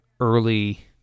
early